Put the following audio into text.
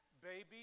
baby